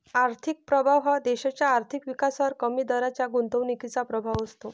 आर्थिक प्रभाव हा देशाच्या आर्थिक विकासावर कमी दराच्या गुंतवणुकीचा प्रभाव असतो